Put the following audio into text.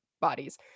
bodies